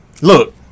Look